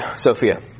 Sophia